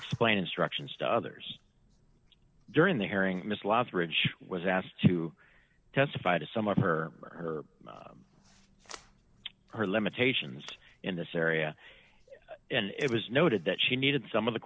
explain instructions to others during the hearing miss lothrop she was asked to testify to some of her or her limitations in this area and it was noted that she needed some of the